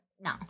no